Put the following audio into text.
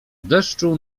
deszczu